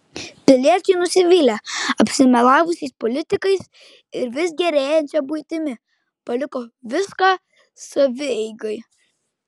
piliečiai nusivylę apsimelavusiais politikais ir vis gerėjančia buitimi paliko viską savieigai